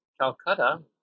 Calcutta